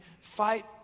fight